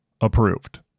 Approved